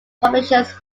publishers